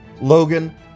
Logan